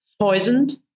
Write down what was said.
poisoned